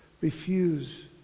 refuse